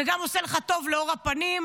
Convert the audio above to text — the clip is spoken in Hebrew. זה גם עושה לך טוב לעור הפנים,